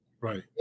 Right